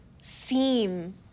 seem